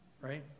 right